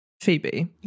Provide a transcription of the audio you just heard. phoebe